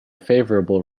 favorable